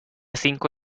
cinco